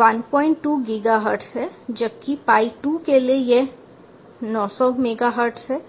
12 gigahertz है जबकि Pi 2 के लिए यह 900 मेगाहर्ट्ज़ है